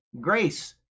grace